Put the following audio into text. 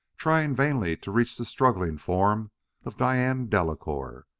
trying vainly to reach the struggling form of diane delacouer.